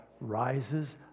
rises